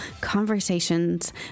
conversations